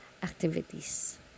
activities